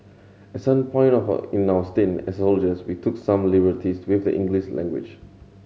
at some point of in our stint as soldiers we took some liberties with the English language